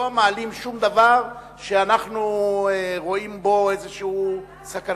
לא מעלים שום דבר שאנחנו רואים בו איזו סכנה.